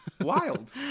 Wild